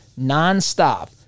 nonstop